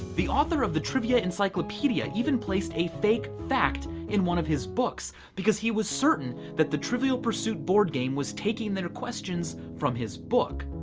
the author of the trivia encyclopedia even placed a fake fact in one of his books because he was certain that the trivial pursuit board game was taking their questions from his book.